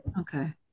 Okay